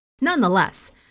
nonetheless